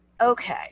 Okay